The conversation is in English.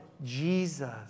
jesus